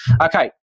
Okay